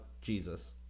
Jesus